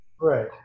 Right